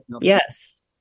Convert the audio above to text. Yes